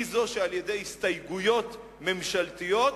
על-ידי הסתייגויות ממשלתיות,